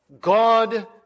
God